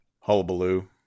Hullabaloo